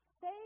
Say